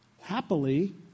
Happily